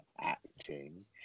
acting